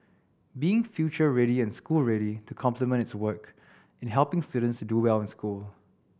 being future ready and school ready to complement its work in helping students to do well in school